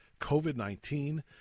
COVID-19